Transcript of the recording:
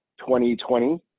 2020